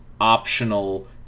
optional